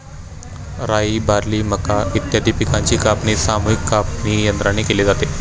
राई, बार्ली, मका इत्यादी पिकांची कापणी सामूहिक कापणीयंत्राने केली जाते